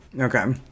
Okay